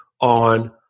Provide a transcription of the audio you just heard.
on